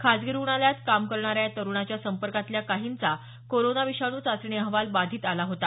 खाजगी रुग्णालयात काम करणाऱ्या या तरुणाच्या संपर्कातल्या काहींचा कोरोना विषाणू चाचणी अहवाल बाधित आला होता